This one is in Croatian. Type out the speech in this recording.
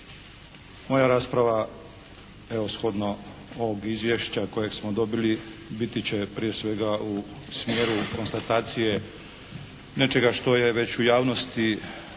Moja rasprava evo shodno ovog izvješća koje smo dobili biti će prije svega u smjeru konstatacije nečega što je već u javnosti